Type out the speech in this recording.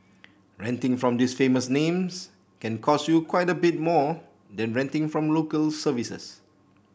renting from these famous names can cost you quite a bit more than renting from Local Services